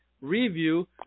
review